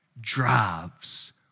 drives